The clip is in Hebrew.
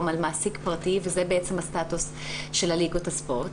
על מעסיק פרטי וזה בעצם הסטטוס של ליגות הספורט.